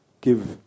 give